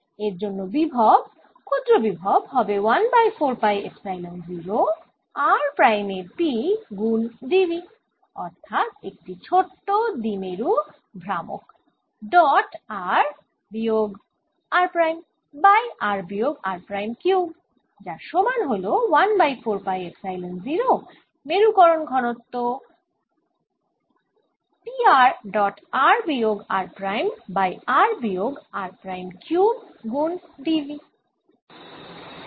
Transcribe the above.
এর জন্য বিভব ক্ষুদ্র বিভব হবে 1 বাই 4 পাই এপসাইলন 0 r প্রাইমে P গুণ dv অর্থাৎ একটি ছোট দ্বিমেরু ভ্রামক ডট r বিয়োগ r প্রাইম বাই r বিয়োগ r প্রাইম কিউব যার সমান হল 1 বাই 4 পাই এপসাইলন 0 মেরুকরণ ঘনত্ব P r ডট r বিয়োগ r প্রাইম বাই r বিয়োগ r প্রাইম কিউব গুণ d v